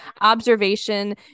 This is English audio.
observation